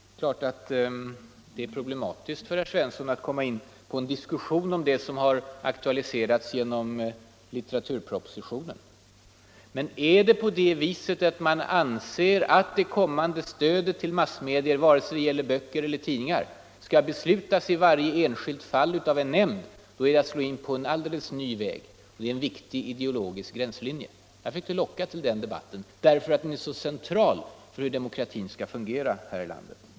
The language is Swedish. Det är klart att det är svårt för herr Svensson att komma in på en diskussion om det som har aktualiserats genom litteraturpropositionen. Anser man att det kommande stödet till massmedier, vare sig det gäller böcker eller tidningar, skall beslutas i varje enskilt fall av en nämnd, då slår man in på en alldeles ny väg. Där finns en viktig ideologisk gränslinje. Jag försöker ”locka” till den debatten därför att den är så central för hur demokratin skall fungera här i landet.